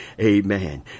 amen